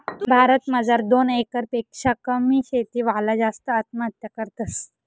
भारत मजार दोन एकर पेक्शा कमी शेती वाला जास्त आत्महत्या करतस